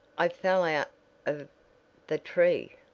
i fell out of the tree!